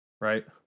right